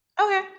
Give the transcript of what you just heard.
Okay